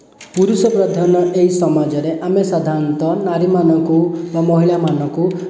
ପୁରୁଷପ୍ରଧାନ ଏଇ ସମାଜରେ ଆମେ ସାଧାରଣତଃ ନାରୀମାନଙ୍କୁ ବା ମହିଳାମାନଙ୍କୁ